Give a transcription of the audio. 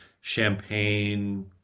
Champagne